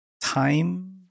time